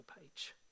page